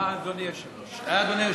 תודה, אדוני היושב-ראש.